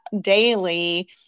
daily